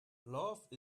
love